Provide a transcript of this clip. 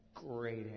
Great